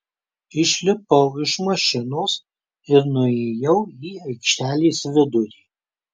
išlipau iš mašinos ir nuėjau į aikštelės vidurį